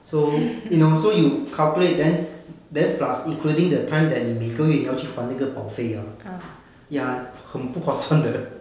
so you know so you calculate then then plus including the time that 你每个月你要去还那个保费 hor ya 很不划算的 leh